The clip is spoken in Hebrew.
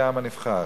כעם הנבחר.